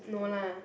no lah